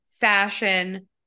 fashion